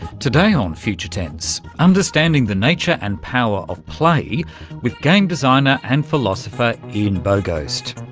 today on future tense, understanding the nature and power of play with game designer and philosopher ian bogost.